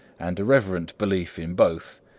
and a reverent belief in both,